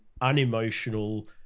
unemotional